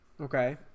Okay